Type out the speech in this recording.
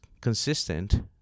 consistent